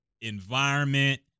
environment